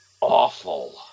awful